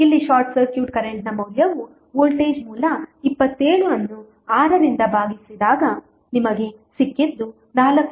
ಇಲ್ಲಿ short circuit ಕರೆಂಟ್ನ ಮೌಲ್ಯವು ವೋಲ್ಟೇಜ್ ಮೂಲ 27 ಅನ್ನು 6 ರಿಂದ ಭಾಗಿಸಿದಾಗ ನಿಮಗೆ ಸಿಕ್ಕಿದ್ದು 4